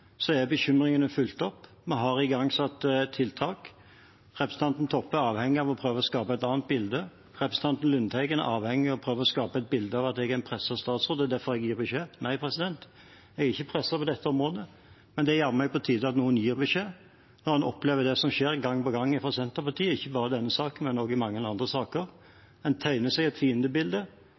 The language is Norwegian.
er bekymringene fulgt opp. Vi har igangsatt tiltak. Representanten Toppe er avhengig av å prøve å skape et annet bilde. Representanten Lundteigen er avhengig av å prøve å skape et bilde av at jeg er en presset statsråd, og at det er derfor jeg gir beskjed. Nei, jeg er ikke presset på dette området. Det er jammen på tide at noen gir beskjed når en opplever det som skjer gang på gang fra Senterpartiet, ikke bare i denne saken, men også i mange andre saker. Man tegner seg et fiendebilde,